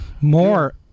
more